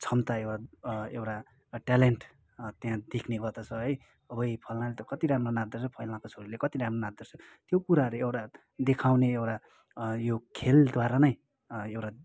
क्षमता एउटा एउटा ट्यालेन्ट त्यहाँ देख्ने गर्दछ है अब्बुई फलनाले त कति राम्रो नाँच्दोरहेछ फलनाको छोरीले त कति राम्रो नाँच्दोरहेछ त्यो कुराहरू एउटा देखाउने एउटा यो खेलद्वारा नै एउटा